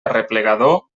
arreplegador